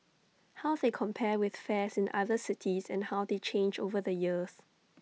how they compare with fares in other cities and how they change over the years